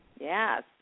Yes